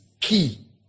key